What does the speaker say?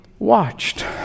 watched